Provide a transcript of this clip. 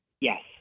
Yes